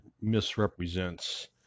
misrepresents